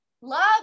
Love